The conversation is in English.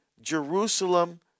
Jerusalem